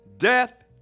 Death